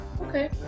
Okay